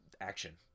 action